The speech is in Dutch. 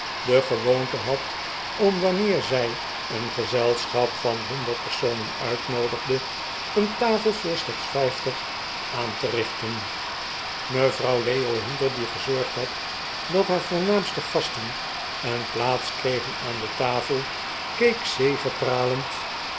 de gewoonte had om wanneer zij een gezelschap van honderd personen uitnoodigde een tafel voo r slechts vijftig aan te richten mevrouw leo hunter die gezorgd had dat haar voornaamste gasten een plaats kregen aan de tafel keek